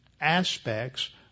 aspects